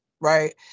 right